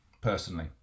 personally